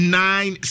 nine